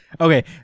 okay